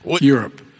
Europe